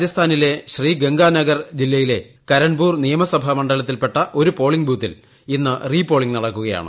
രാജസ്ഥാനിലെ ശ്രീഗംഗാനഗർ ജില്ലയിലെ കരൺപൂർ നിയമസഭാ മണ്ഡലത്തിൽപ്പെട്ട് ഒരു പോളിംഗ് ബൂത്തിൽ ഇന്ന് റീപ്പോളിംഗ് നടക്കുകയാണ്